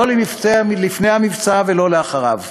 לא לפני המבצע ולא לאחריו,